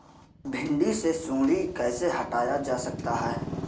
भिंडी से सुंडी कैसे हटाया जा सकता है?